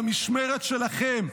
במשמרת שלכם,